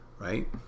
right